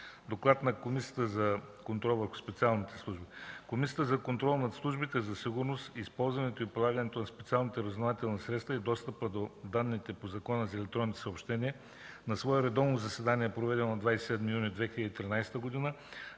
2013 г. Комисията за контрол над службите за сигурност, използването и прилагането на специалните разузнавателни средства и достъпа до данните по Закона за електронните съобщения на свое редовно заседание, проведено на 27 юни 2013 г.,